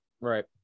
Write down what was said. Right